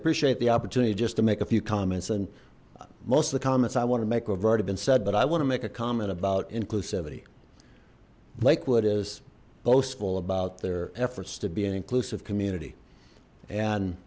appreciate the opportunity just to make a few comments and most of the comments i want to make we've already been said but i want to make a comment about inclusivity lakewood is boastful about there efforts to be an inclusive community and